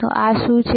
હવે આ શું છે